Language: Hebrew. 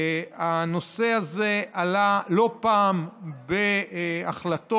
הנושא הזה עלה לא פעם בהחלטות